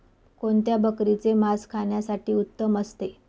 कोणत्या बकरीचे मास खाण्यासाठी उत्तम असते?